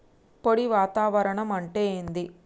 పొడి వాతావరణం అంటే ఏంది?